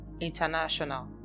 International